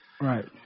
Right